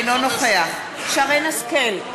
אינו נוכח שרן השכל,